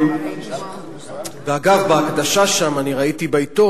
למה אתה צריך להתנצל בפניו?